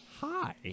Hi